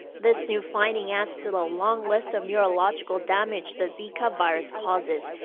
this new finding adds to the long list of neurological damage the zika virus causes.